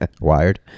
Wired